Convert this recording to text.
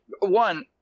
one